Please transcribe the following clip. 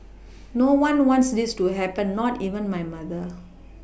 no one wants this to happen not even my mother